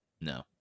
no